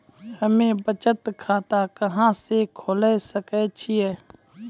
हम्मे बचत खाता कहां खोले सकै छियै?